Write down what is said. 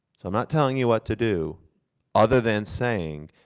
so i'm not telling you what to do other than saying,